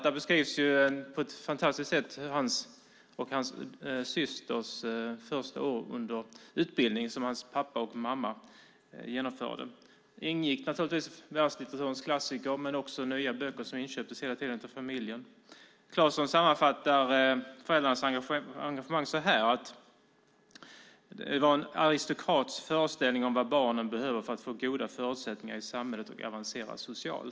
Där beskrivs i början på ett fantastiskt sätt hans och hans systers första år under utbildningen som hans pappa och mamma genomförde. I den ingick världslitteraturens klassiker men också nya böcker som hela tiden inköptes till familjen. Claeson sammanfattar föräldrarnas engagemang som: Det var en aristokrats föreställning om vad barnen behöver för att få goda förutsättningar i samhället och avancera i socialt.